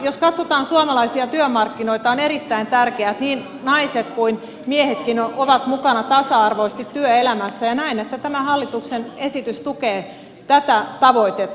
jos katsotaan suomalaisia työmarkkinoita on erittäin tärkeää että niin naiset kuin miehetkin ovat mukana tasa arvoisesti työelämässä ja näen että tämä hallituksen esitys tukee tätä tavoitetta